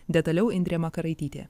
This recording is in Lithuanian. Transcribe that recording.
detaliau indrė makaraitytė